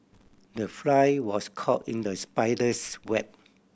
the fly was caught in the spider's web